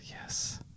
yes